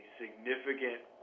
significant